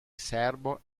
serbo